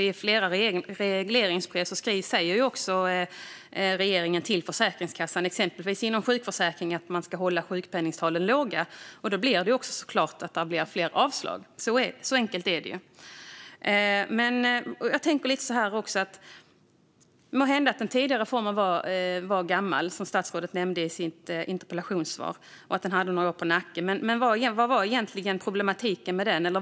I flera regleringsbrev har regeringen sagt till Försäkringskassan att exempelvis sjukpenningtalen inom sjukförsäkringen ska hållas låga. Då blir det såklart fler avslag. Så enkelt är det. Måhända var den tidigare reformen gammal, vilket statsrådet nämnde i interpellationssvaret. Han sa att den hade några år på nacken. Men vad var problemet med den?